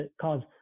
cause